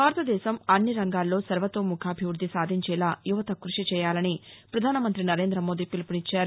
భారతదేశం అన్ని రంగాల్లో సర్వతోముఖాభివృద్ది సాధించేలా యువత కృషి చేయాలని ప్రధానమంత్రి నరేంద్ర మోదీ పిలుపునిచ్చారు